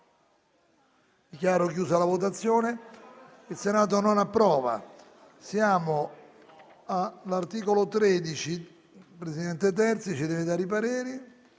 **Il Senato non approva**.